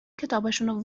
کتابشونو